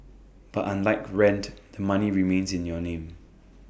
but unlike rent the money remains in your name